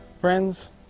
Friends